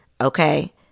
Okay